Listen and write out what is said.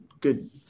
good